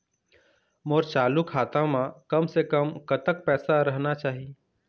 मोर चालू खाता म कम से कम कतक पैसा रहना चाही?